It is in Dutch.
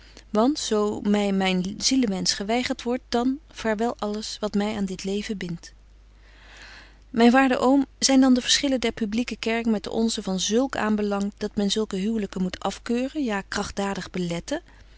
want zo my myn zielewensch geweigert wordt dan vaarwel alles wat my aan dit leven bindt myn waarde oom zyn dan de verschillen der publyque kerk met de onze van zulken aanbelang dat men zulke huwlyken moet af keuren ja kragtdadig beletten